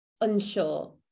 unsure